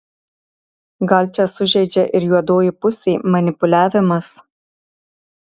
gal čia sužaidžia ir juodoji pusė manipuliavimas